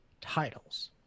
titles